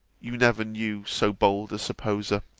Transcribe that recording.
you never knew so bold a supposer.